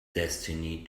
destiny